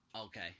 okay